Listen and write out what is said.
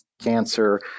Cancer